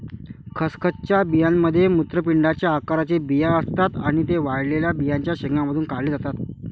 खसखसच्या बियांमध्ये मूत्रपिंडाच्या आकाराचे बिया असतात आणि ते वाळलेल्या बियांच्या शेंगांमधून काढले जातात